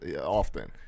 often